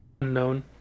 unknown